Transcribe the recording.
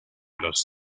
los